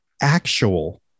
actual